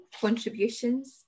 contributions